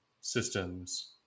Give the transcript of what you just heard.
systems